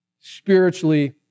spiritually